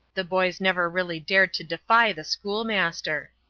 the boys never really dared to defy the schoolmaster.